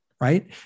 Right